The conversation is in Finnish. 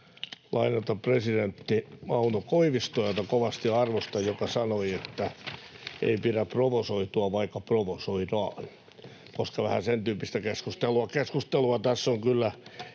lainata presidentti Mauno Koivistoa, jota kovasti arvostan ja joka sanoi, että ei pidä provosoitua, vaikka provosoidaan, koska vähän sen tyyppistä keskustelua tässä on ollut. Tässä on kyllä